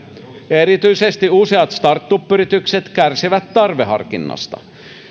erityisesti useat startup yritykset kärsivät tarveharkinnasta